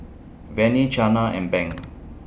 Vannie Chana and Banks